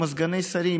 עם סגני שרים,